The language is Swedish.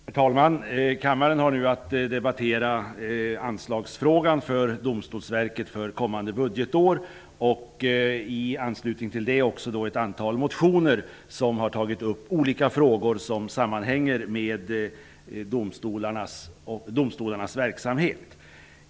Herr talman! Kammaren har nu att debattera anslagsfrågan för Domstolsverket för kommande budgetår och i anslutning till det ett antal motioner med olika frågor som sammanhänger med domstolarnas verksamhet.